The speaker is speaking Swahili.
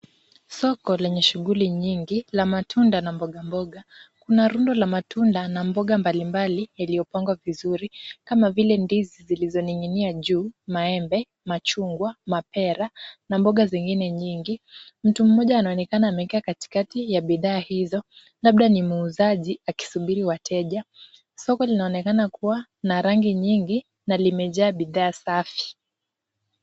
Soko lenye shughuli nyingi la matunda na mboga mboga. Kuna rundo la matunda na mboga mbalimbali iliyopangwa vizuri kama vile ndizi zilizoning'inia juu, maembe, machungwa, mapera na mboga zingine nyingi. Mtu mmoja anaonekana amekaa katikati ya bidhaa hizo, labda ni muuzaji akisubiri wateja. Soko linaonekana kuwa na rangi nyingi na limejaa bidhaa safi.